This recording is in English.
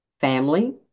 Family